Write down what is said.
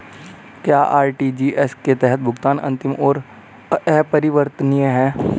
क्या आर.टी.जी.एस के तहत भुगतान अंतिम और अपरिवर्तनीय है?